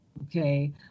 okay